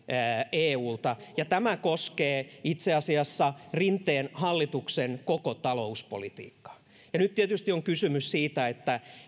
eulta ja tämä koskee itse asiassa rinteen hallituksen koko talouspolitiikkaa nyt tietysti on kysymys siitä